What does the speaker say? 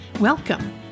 Welcome